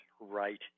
right